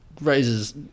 raises